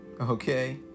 okay